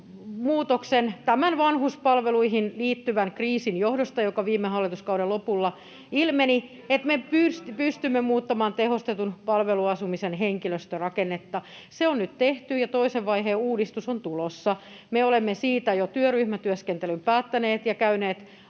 tämän vanhuspalveluihin liittyvän kriisin johdosta, joka viime hallituskauden lopulla ilmeni, että me pystymme muuttamaan tehostetun palveluasumisen henkilöstörakennetta. Se on nyt tehty, ja toisen vaiheen uudistus on tulossa. Me olemme siitä jo työryhmätyöskentelyn päättäneet ja käyneet alustavaa